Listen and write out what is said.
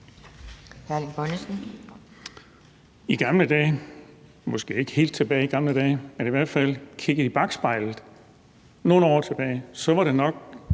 I gamle dage – måske ikke helt tilbage i gamle dage, men i hvert fald hvis vi kigger nogle år tilbage i bakspejlet